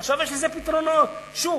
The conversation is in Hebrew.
עכשיו, יש לזה פתרונות שוב,